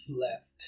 left